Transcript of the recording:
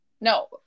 No